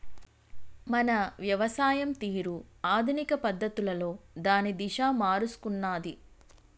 మన వ్యవసాయం తీరు ఆధునిక పద్ధతులలో దాని దిశ మారుసుకున్నాది